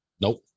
Nope